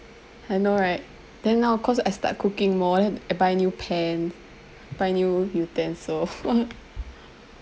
I know right then now cause I start cooking more then I buy new pan buy new utensil